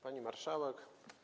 Pani Marszałek!